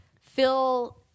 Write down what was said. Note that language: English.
Phil